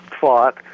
fought